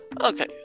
okay